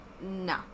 no